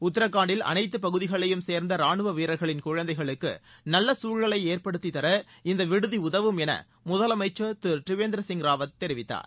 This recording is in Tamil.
உத்ராகண்டில் அனைத்து பகுதிகளையும் சேர்ந்த ரானுவ வீரர்களின் குழந்தைகளுக்கு நல்ல சசூழலை ஏற்படுத்தித்தர இந்த விடுதி உதவும் என முதலமைச்சர் திரு தேவந்திரசிங் ராவத் தெரிவித்தார்